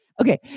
Okay